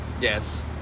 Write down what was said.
yes